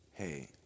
Hey